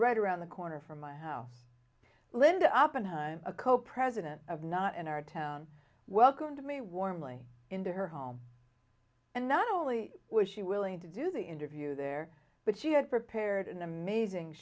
right around the corner from my house linda up and a co president of not in our town welcomed me warmly into her home and not only was she willing to do the interview there but she had prepared an amazing